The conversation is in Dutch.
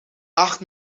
acht